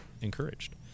encouraged